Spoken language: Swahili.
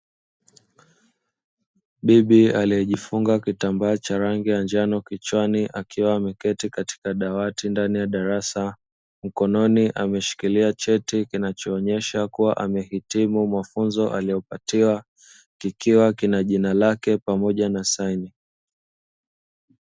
Bibi aliyejifunga kitambaa cha rangi ya njano kichwani, akiwa ameketi katika dawati ndani ya darasa mkononi ameshikilia cheti, kinachoonyesha kuwa amehitimu mafunzo aliyopatiwa, kikiwa kina jina lake pamoja na saini.